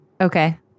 Okay